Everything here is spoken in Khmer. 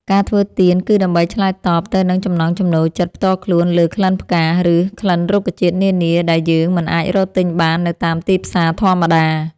ការធ្វើទៀនគឺដើម្បីឆ្លើយតបទៅនឹងចំណង់ចំណូលចិត្តផ្ទាល់ខ្លួនលើក្លិនផ្កា ឬក្លិនរុក្ខជាតិនានាដែលយើងមិនអាចរកទិញបាននៅតាមទីផ្សារធម្មតា។